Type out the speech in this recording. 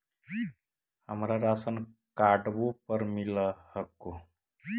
हमरा राशनकार्डवो पर मिल हको?